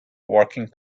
working